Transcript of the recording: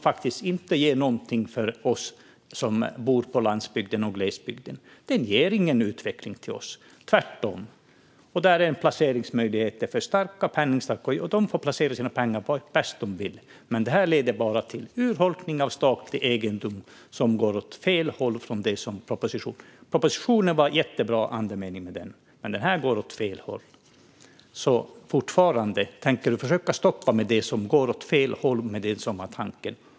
Det ger inte någonting för oss som bor på landsbygden och i glesbygden. Det ger ingen utveckling för oss, utan tvärtom. Det är i stället en placeringsmöjlighet för penningstarka människor. De får placera sina pengar bäst de vill, men det här leder bara till urholkning av statlig egendom. Det går åt fel håll i förhållande till vad som anges i propositionen. Andemeningen i propositionen är jättebra, men det här går åt fel håll. Jag undrar fortfarande: Tänker du försöka stoppa det som går åt fel håll jämfört med det som var tanken?